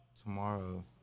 tomorrow